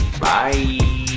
Bye